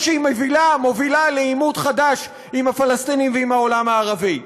שהיא מובילה לעימות חדש עם הפלסטינים ועם העולם הערבי.